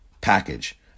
package